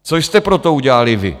Co jste pro to udělali vy?